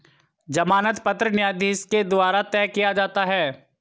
जमानत पत्र न्यायाधीश के द्वारा तय किया जाता है